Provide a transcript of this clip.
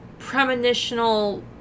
premonitional